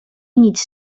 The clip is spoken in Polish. nic